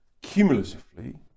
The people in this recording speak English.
cumulatively